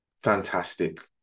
fantastic